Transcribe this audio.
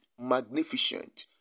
magnificent